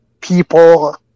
people